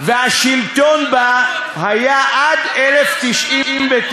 והשלטון בה היה עד 1099,